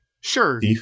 sure